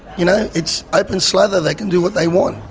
you know, it's open slather they can do what they want.